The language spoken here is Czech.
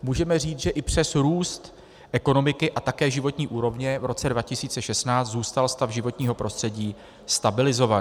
Můžeme říct, že i přes růst ekonomiky a také životní úrovně v roce 2016 zůstal stav životního prostředí stabilizovaný.